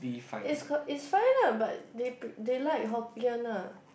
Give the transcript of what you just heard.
it's c~ it's fine lah but they pre~ they like Hokkien ah